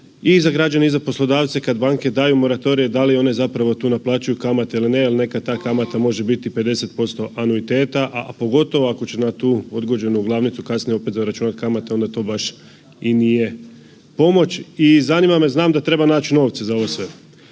i za građane i za poslodavce kada banke daju moratorije da li one zapravo tu naplaćuju kamate ili ne jel nekad ta kamata može biti 50% anuiteta, a pogotovo ako će na tu odgođenu glavnicu kasnije opet zaračunati kamate onda to baš i nije pomoć. I zanima me, znam da treba naći novce za ovo sve